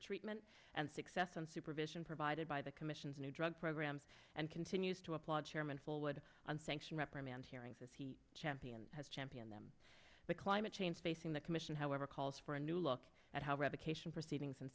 treatment and success and supervision provided by the commission's new drug program and continues to applaud chairman fullwood on sanction reprimand hearings as he championed has championed them the climate change facing the commission however calls for a new look at how revocation proceedings and